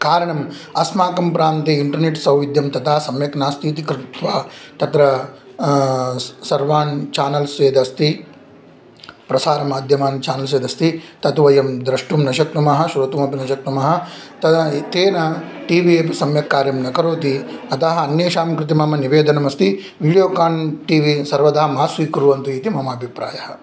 कारणम् अस्माकं प्रान्ते इण्टर्नेट् सौविद्यं तदा सम्यक् नास्ति इति कृत्वा तत्र स सर्वान् चानल्स् यद् अस्ति प्रसारमाद्यमान् चानल्स् यदस्ति तद् वयं द्रष्टुं न शक्नुमः श्रोतुमपि न शक्नुमः तदा तेन टीवि अपि सम्यक् कार्यं न करोति अतः अन्येषां कृते मम निवेदनमस्ति वीडियोकान् टीवि सर्वादा मा स्वीकुर्वन्तु इति मम अभिप्रायः